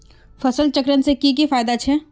फसल चक्र से की की फायदा छे?